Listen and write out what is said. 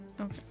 Okay